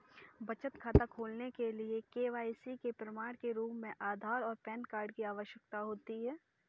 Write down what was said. बचत खाता खोलने के लिए के.वाई.सी के प्रमाण के रूप में आधार और पैन कार्ड की आवश्यकता होती है